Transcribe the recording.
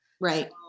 right